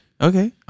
Okay